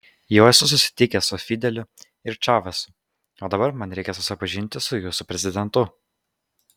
jau esu susitikęs su fideliu ir čavesu o dabar man reikia susipažinti su jūsų prezidentu